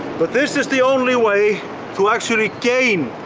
but this is the only way to actually gain.